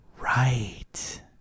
Right